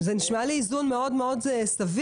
זה נשמע לי איזון מאוד מאוד סביר.